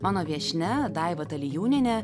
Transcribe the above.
mano viešnia daiva talijūnienė